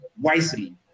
wisely